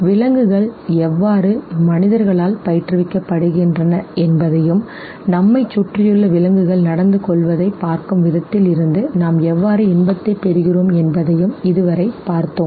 விலங்குகள் எவ்வாறு மனிதர்களால் பயிற்றுவிக்கப்படுகின்றன என்பதையும் நம்மைச் சுற்றியுள்ள விலங்குகள் நடந்துகொள்வதைப் பார்க்கும் விதத்தில் இருந்து நாம் எவ்வாறு இன்பத்தைப் பெறுகிறோம் என்பதையும் இதுவரை பார்த்தோம்